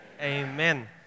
Amen